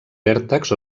vèrtex